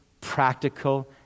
practical